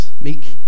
meek